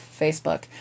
Facebook